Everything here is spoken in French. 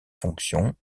fonctions